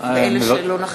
בשמותיהם של אלה שלא נכחו.